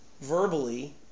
verbally